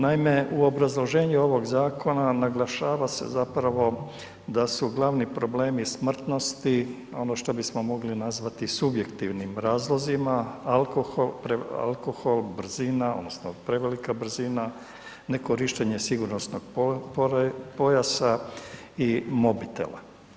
Naime, u obrazloženju ovog zakona naglašava se zapravo da su glavni problemi smrtnosti, ono što bismo mogli nazvati subjektivnim razlozima, alkohol, brzina, odnosno prevelika brzina, ne korištenje sigurnosnog pojasa i mobitela.